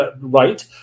right